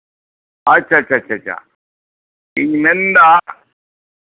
ᱟᱪᱪᱷᱟ ᱟᱪᱪᱷᱟ ᱴᱷᱤᱠ ᱜᱮᱭᱟ ᱤᱧ ᱢᱮᱱ ᱫᱟ